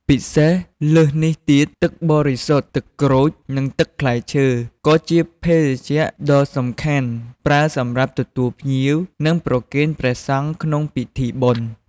ពិសេសលើសនេះទៀតទឹកបរិសុទ្ធ ទឹកក្រូច និងទឹកផ្លែឈើ ក៏ជាភេសជ្ជៈដ៏សំខាន់ប្រើសម្រាប់ទទួលភ្ញៀវ និងប្រគេនព្រះសង្ឃក្នុងពិធីបុណ្យ។